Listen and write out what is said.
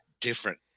different